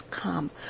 come